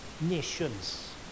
nations